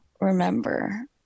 remember